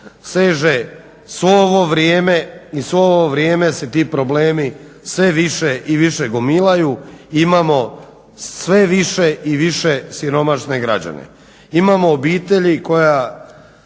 seže sve ovo vrijeme i sve ovo vrijeme se ti problemi sve više i više gomilaju i imamo sve više i više siromašne građane, imao obitelji koja